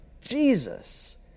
Jesus